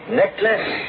necklace